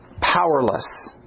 powerless